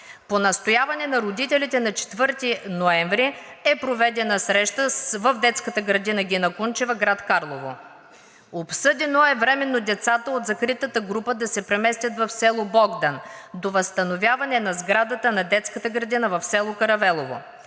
По настояване на родителите на 4 ноември е проведена среща в детската градина „Гина Кунчева“, град Карлово. Обсъдено е временно децата от закритата група да се преместят в село Богдан до възстановяване на сградата на детската градина в село Каравелово.